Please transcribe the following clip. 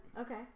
okay